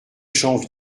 champs